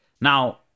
Now